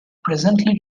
presently